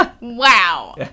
Wow